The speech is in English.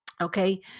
okay